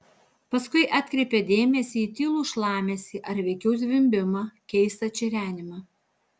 paskui atkreipė dėmesį į tylų šlamesį ar veikiau zvimbimą keistą čirenimą